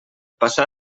passar